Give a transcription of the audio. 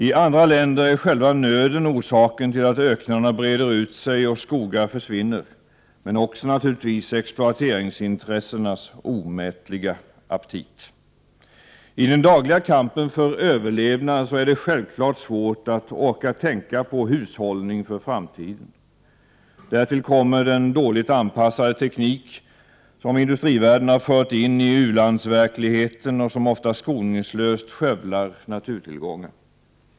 I andra länder är själva nöden orsaken till att öknarna breder ut sig och skogar försvinner men också naturligtvis exploateringsintressenas omättliga aptit. I den dagliga kampen för överlevnad är det svårt att orka tänka på hushållning för framtiden. Därtill kommer den dåligt anpassade teknik som i-världen har fört in i u-landsverkligheten och som ofta skoningslöst skövlar naturtillgångar.